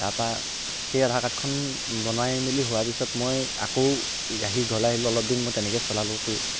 তাৰ পৰা সেই আধাৰ কাৰ্ডখন বনাই মেলি হোৱাৰ পাছত মই আকৌ আহি ঘৰত আহিলোঁ অলপ দিন মই তেনেকেই চলালো তো